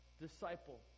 Disciple